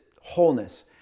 wholeness